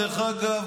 דרך אגב,